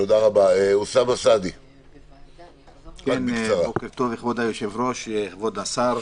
בוקר טוב, אדוני היושב-ראש, כבוד השר,